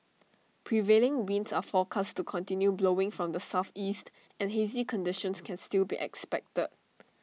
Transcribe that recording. prevailing winds are forecast to continue blowing from the Southeast and hazy conditions can still be expected